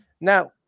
Now